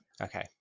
Okay